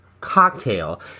cocktail